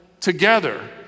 together